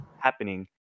happening